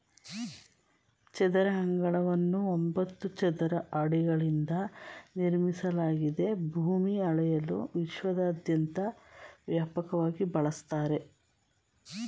ಚದರ ಅಂಗಳವನ್ನು ಒಂಬತ್ತು ಚದರ ಅಡಿಗಳಿಂದ ನಿರ್ಮಿಸಲಾಗಿದೆ ಭೂಮಿ ಅಳೆಯಲು ವಿಶ್ವದಾದ್ಯಂತ ವ್ಯಾಪಕವಾಗಿ ಬಳಸ್ತರೆ